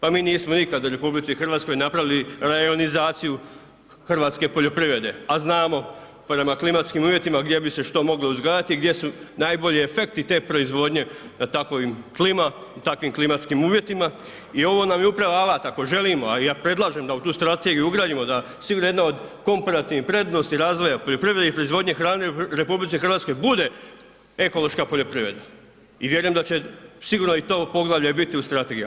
Pa mi nismo nikad u RH napravili rajonizaciju hrvatske poljoprivrede a znamo po nama klimatskim uvjetima gdje bi se što moglo uzgajati i gdje su najbolji efekti te proizvodnje u takvim klimatskim uvjetima i ovo nam je upravo alat ako želimo a i ja predlažem da u ti strategiju ugradimo da sigurno jedna od komparativnih prednosti razvoja poljoprivrede i proizvodnje hrane u RH bude ekološka poljoprivreda i vjerujem da će sigurno i to poglavlje biti u strategiji.